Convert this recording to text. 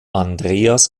andreas